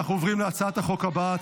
אנחנו עוברים להצעת החוק הבאה,